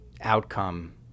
outcome